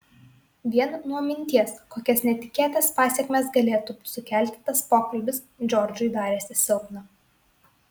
vien nuo minties kokias netikėtas pasekmes galėtų sukelti tas pokalbis džordžui darėsi silpna